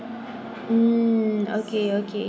mm okay okay